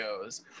goes